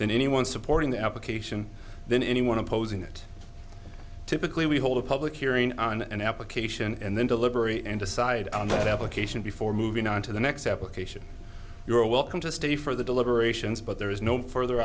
then anyone supporting the application then anyone opposing it typically we hold a public hearing on an application and then deliberate and decide on the application before moving on to the next application you are welcome to stay for the deliberations but there is no further